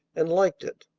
and liked it,